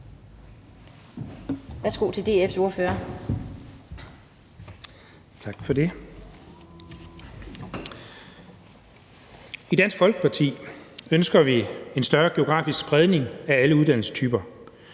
I Dansk Folkeparti ønsker vi en større geografisk spredning af alle uddannelsestyper.